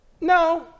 No